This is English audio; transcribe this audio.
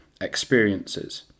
experiences